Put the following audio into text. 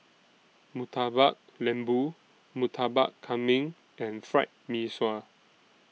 Murtabak Lembu Murtabak Kambing and Fried Mee Sua